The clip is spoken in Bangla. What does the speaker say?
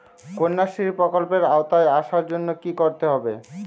কন্যাশ্রী প্রকল্পের আওতায় আসার জন্য কী করতে হবে?